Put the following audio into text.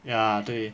ya 对